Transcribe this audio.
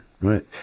right